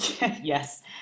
Yes